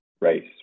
race